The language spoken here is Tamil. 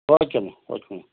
ஓகேம்மா ஓகேம்மா